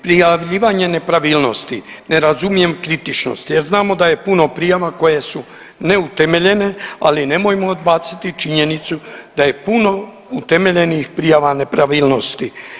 Prijavljivanje nepravilnosti ne razumijem kritičnosti, jer znamo da je puno prijava koje su neutemeljene ali nemojmo odbaciti i činjenicu da je puno utemeljenih prijava nepravilnosti.